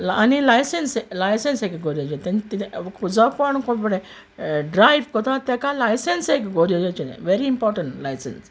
आनी licence licence एक गोरजेचें ते तेजें ड्रायव कोत्तोना तेका लायसेन्स एक गोरजेचें वेरी इमपोर्टंट लायसेन्स